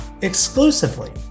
exclusively